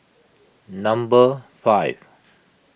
number five